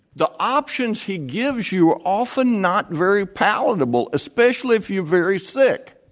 the options he gives you are often not very palatable, especially if you're very sick.